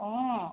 অ